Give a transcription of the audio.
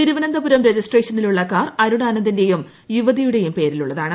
തിരുവന്തപുരം റജിസ്ട്രേഷനിലുള്ള കാർ അരുൺ ആനന്ദിന്റയും യുവതിയുടെയും പേരിലുള്ളതാണ്